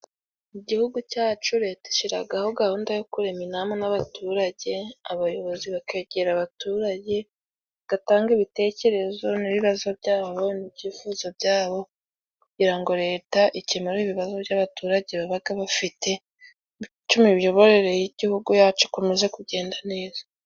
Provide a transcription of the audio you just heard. Mu gihugu cacu, leta ishiraho gahunda yo kurema inama n' abaturage, abayobozi bakegera abaturage bagatanga ibitekerezo n' ibibazo byabo, mu byifuzo byabo kugira ngo leta ikemure ibibazo by' abaturage baba bafite, bityo imiyoborere y' igihugu yacu ikomeza kugenda neza.